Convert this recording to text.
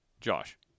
Josh